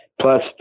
plus